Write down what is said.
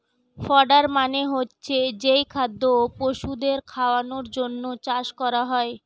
fodder মানে হচ্ছে যেই খাদ্য পশুদের খাওয়ানোর জন্যে চাষ করা হয়